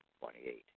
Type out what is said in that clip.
Twenty-eight